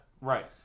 Right